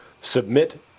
submit